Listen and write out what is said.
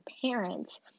parents